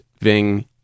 Ving